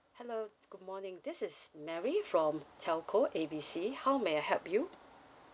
hello good morning this is mary from telco A B C how may I help you